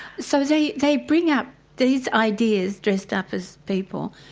so they they bring up these ideas dressed up as people,